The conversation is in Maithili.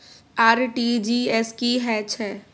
आर.टी.जी एस की है छै?